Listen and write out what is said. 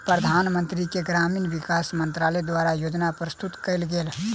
प्रधानमंत्री के ग्रामीण विकास मंत्रालय द्वारा योजना प्रस्तुत कएल गेल